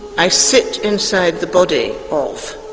i sit inside the body of,